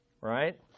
Right